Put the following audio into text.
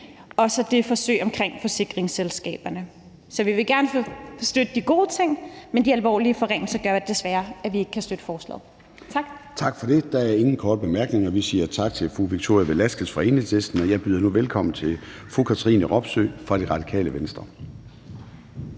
også forsøget omkring forsikringsselskaberne. Så vi vil gerne støtte de gode ting, men de alvorlige forringelser gør desværre, at vi ikke kan støtte forslaget. Tak. Kl. 13:44 Formanden (Søren Gade): Tak for det. Der er ingen korte bemærkninger. Vi siger tak til fru Victoria Velasquez fra Enhedslisten. Jeg byder nu velkommen til fru Katrine Robsøe fra Radikale Venstre.